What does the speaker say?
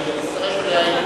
שאני מצטרף אליה,